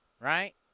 right